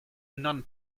non